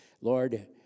Lord